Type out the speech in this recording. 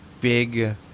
big